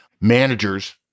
Managers